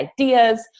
ideas